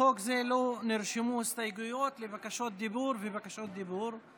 לחוק זה לא נרשמו הסתייגויות ובקשות רשות דיבור,